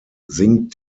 sinkt